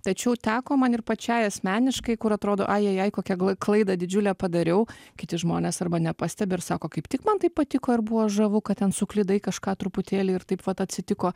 tačiau teko man ir pačiai asmeniškai kur atrodo ajajai kokią klaidą didžiulę padariau kiti žmonės arba nepastebi ir sako kaip tik man tai patiko ir buvo žavu kad ten suklydai kažką truputėlį ir taip vat atsitiko